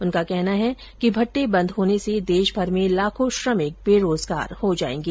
उनका कहना है कि भट्टे बंद होने से देशभर में लाखों श्रमिक बेरोजगार हो जायेंगे